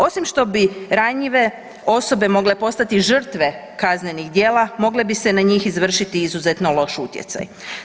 Osim što bi ranjive osobe mogle postati žrtve kaznenih djela, mogle bi se na njih izvršiti izuzetno loš utjecaj.